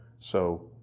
so,